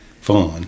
fun